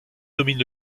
domine